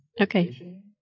Okay